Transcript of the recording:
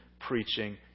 preaching